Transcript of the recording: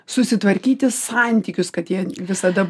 susitvarkyti santykius kad jie visada